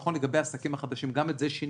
נכון, לגבי העסקים החדשים גם את זה שינינו.